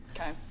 Okay